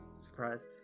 surprised